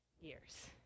years